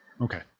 okay